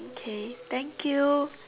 okay thank you